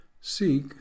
seek